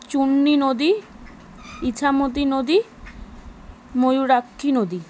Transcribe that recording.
চূর্ণি নদী ইছামতি নদী ময়ূরাক্ষী নদী